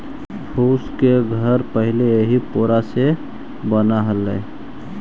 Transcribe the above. फूस के घर पहिले इही पोरा से बनऽ हलई